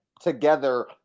together